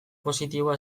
positiboa